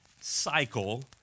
cycle